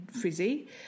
frizzy